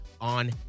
on